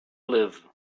live